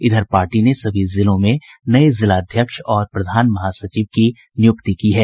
इधर पार्टी ने सभी जिलों में नये जिलाध्यक्ष और प्रधान महासचिव की नियुक्ति की है